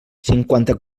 cinquanta